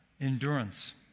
endurance